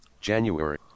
January